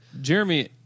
Jeremy